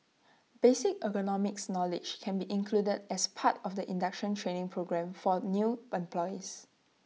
basic ergonomics knowledge can be included as part of the induction training programme for new employees